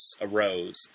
arose